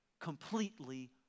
completely